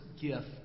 gift